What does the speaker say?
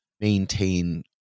maintain